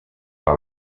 par